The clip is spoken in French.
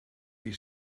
des